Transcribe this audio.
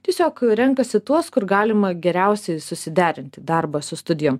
tiesiog renkasi tuos kur galima geriausiai susiderinti darbą su studijom